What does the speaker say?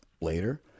later